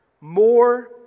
more